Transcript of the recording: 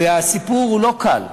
והסיפור הוא לא קל.